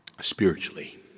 spiritually